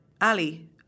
Ali